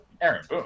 Aaron